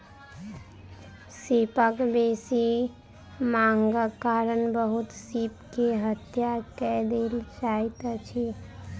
सीपक बेसी मांगक कारण बहुत सीप के हत्या कय देल जाइत अछि